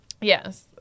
Yes